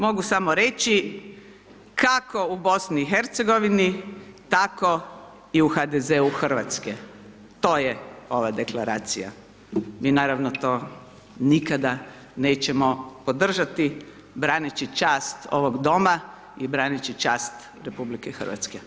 Mogu samo reći kako u BiH, tako i u HDZ-u RH, to je ova Deklaracija, mi naravno to nikada nećemo podržati braneći čast ovog Doma i braneći čast RH.